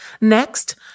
Next